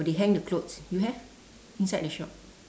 they hang the clothes you have inside the shop